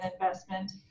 investment